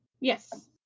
Yes